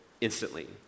instantly